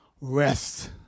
rest